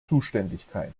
zuständigkeit